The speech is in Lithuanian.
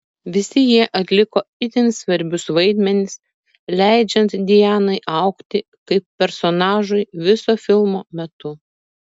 visi jie atliko itin svarbius vaidmenis leidžiant dianai augti kaip personažui viso filmo metu